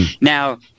Now